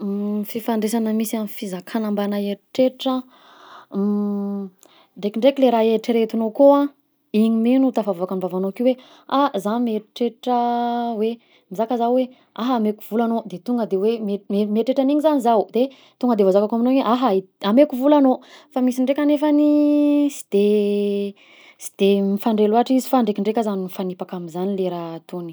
Fifandraizana misy amin'ny fizakana mbana eritreritra an, ndraikindraiky le raha eritreretinao koa igny mi no tafavoaka amy vavanao akeo hoe ah zah mieritreritra hoe, mizaka zah hoe aha meko vola anao, de tonga de hoe mie- mieritreritra agn'igny zagny zaho de tonga de voazakako aminao igny hoe aha ameko vola anao, fa misy ndraika nefany sy de sy de mifandray loatra izy fa ndraikindraiky aza mifanipaka am'zany le raha ataony.